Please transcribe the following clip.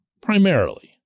primarily